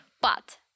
But-